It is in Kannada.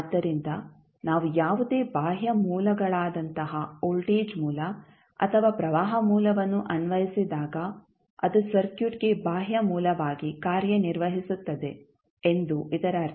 ಆದ್ದರಿಂದ ನಾವು ಯಾವುದೇ ಬಾಹ್ಯ ಮೂಲಗಳಾದಂತಹ ವೋಲ್ಟೇಜ್ ಮೂಲ ಅಥವಾ ಪ್ರವಾಹ ಮೂಲವನ್ನು ಅನ್ವಯಿಸಿದಾಗ ಅದು ಸರ್ಕ್ಯೂಟ್ಗೆ ಬಾಹ್ಯ ಮೂಲವಾಗಿ ಕಾರ್ಯನಿರ್ವಹಿಸುತ್ತದೆ ಎಂದು ಇದರರ್ಥ